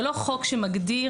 זה לא חוק שמגדיר